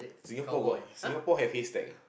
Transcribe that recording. Singapore got Singapore have haystack ah